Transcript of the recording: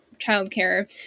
childcare